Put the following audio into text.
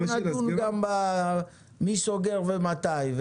נדון גם במי סוגר ומתי.